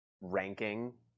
ranking